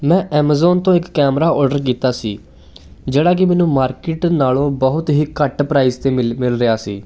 ਮੈਂ ਐਮਾਜ਼ੋਨ ਤੋਂ ਇੱਕ ਕੈਮਰਾ ਔਡਰ ਕੀਤਾ ਸੀ ਜਿਹੜਾ ਕਿ ਮੈਨੂੰ ਮਾਰਕੀਟ ਨਾਲੋਂ ਬਹੁਤ ਹੀ ਘੱਟ ਪ੍ਰਾਈਸ 'ਤੇ ਮਿਲ ਰਿਹਾ ਸੀ